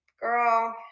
girl